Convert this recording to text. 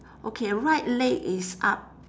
okay right leg is up